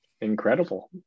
incredible